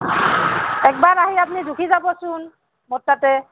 একবাৰ আহি আপুনি জুখি যাবচোন মোৰ তাতে